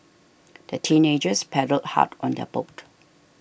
the teenagers paddled hard on their boat